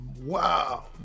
Wow